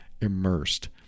immersed